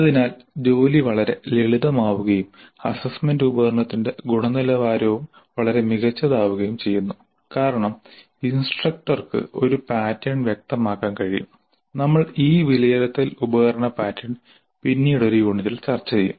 അതിനാൽ ജോലി വളരെ ലളിതമാവുകയും അസ്സസ്സ്മെന്റ് ഉപകരണത്തിന്റെ ഗുണനിലവാരവും വളരെ മികച്ചതാവുകയും ചെയ്യുന്നു കാരണം ഇൻസ്ട്രക്ടർക്ക് ഒരു പാറ്റേൺ വ്യക്തമാക്കാൻ കഴിയും നമ്മൾ ഈ വിലയിരുത്തൽ ഉപകരണ പാറ്റേൺ പിന്നീട് ഒരു യൂണിറ്റിൽ ചർച്ച ചെയ്യും